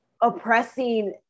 oppressing